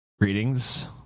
Greetings